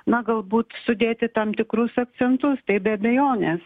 na galbūt sudėti tam tikrus akcentus tai be abejonės